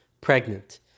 pregnant